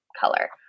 color